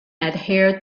adhere